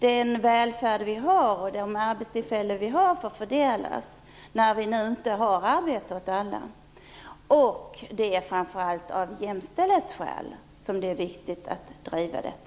Den välfärd och de arbetstillfällen vi har får fördelas när vi nu inte har arbete åt alla. Framför allt är det dock av jämställdhetsskäl som det är viktigt att driva detta.